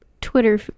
twitter